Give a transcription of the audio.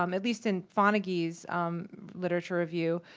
um at least in fonagy's literature review,